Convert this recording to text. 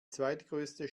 zweitgrößte